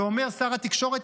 ואומר: שר התקשורת,